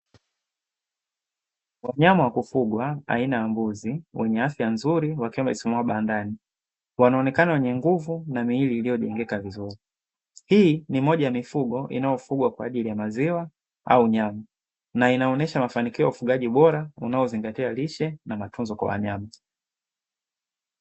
Wanyama wa kufugwa aina ya mbuzi wenye afya nzuri wakiwa wamesimama bandani, wanaonekana wenye nguvu na miili iliyojengeka vizuri. Hii ni moja ya mifugo inayofugwa kwa ajili ya maziwa au nyama, na inaonyesha mafanikio ya ufugaji bora, unaozingatia lishe na matunzo kwa wanyama.